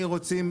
אם איני טועה,